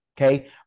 okay